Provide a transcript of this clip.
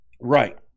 right